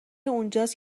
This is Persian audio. اونجاست